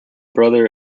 brother